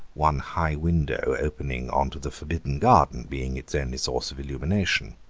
one high window opening on to the forbidden garden being its only source of illumination.